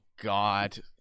God